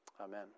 Amen